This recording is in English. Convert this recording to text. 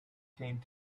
came